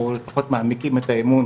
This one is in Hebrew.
או לפחות מעמיקים את האמון,